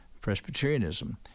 Presbyterianism